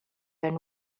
been